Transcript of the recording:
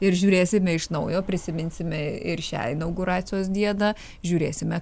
ir žiūrėsime iš naujo prisiminsime ir šią inauguracijos dieną žiūrėsime